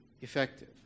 effective